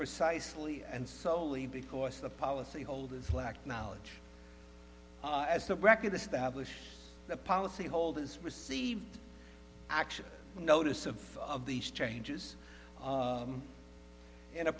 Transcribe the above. precisely and solely because the policy holders lacked knowledge as the record established the policyholders received actual notice of all of these changes in a